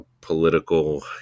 political